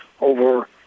over